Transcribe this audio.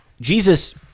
Jesus